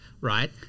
right